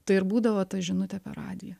tai ir būdavo ta žinutė per radiją